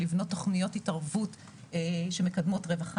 לבנות תוכניות התערבות שמקדמות רווחה